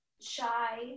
shy